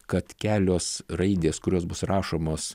kad kelios raidės kurios bus rašomos